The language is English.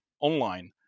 online